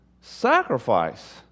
sacrifice